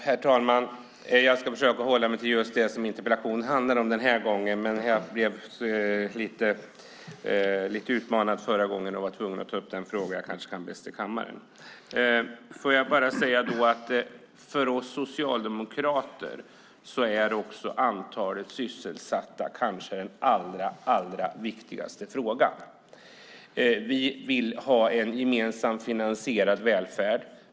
Herr talman! Den här gången ska jag försöka hålla mig till det som interpellationen handlar om. Förra gången blev jag lite utmanad och var tvungen att här i kammaren ta upp den fråga som jag kanske kan bäst. För oss socialdemokrater är frågan om antalet sysselsatta kanske den allra allra viktigaste frågan. Vi vill ha en gemensamt finansierad välfärd.